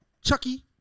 Chucky